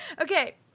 Okay